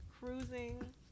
cruising